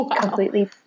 completely